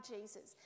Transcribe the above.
Jesus